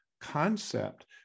concept